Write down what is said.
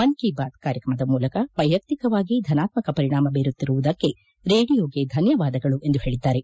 ಮನ್ ಕಿ ಬಾತ್ ಕಾರ್ಯಕ್ರಮದ ಮೂಲಕ ವೈಯಕ್ತಿಕವಾಗಿ ಧನಾತ್ಮಕ ಪರಿಣಾಮ ಬೀರುತ್ತಿರುವುದಕ್ಕೆ ರೇಡಿಯೋಗೆ ಧನ್ವವಾದಗಳು ಎಂದು ಪೇಳಿದ್ದಾರೆ